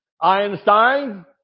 Einstein